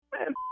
Man